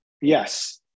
yes